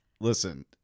Listen